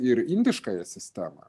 ir indiškąją sistemą